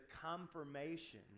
confirmation